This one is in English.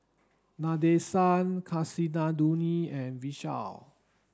Nadesan Kasinadhuni and Vishal